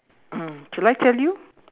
shall I tell you